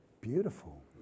beautiful